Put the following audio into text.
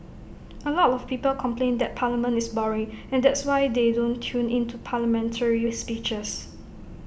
A lot of people complain that parliament is boring and that's why they don't tune in to hear parliamentary speeches